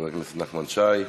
חבר הכנסת נחמן שי.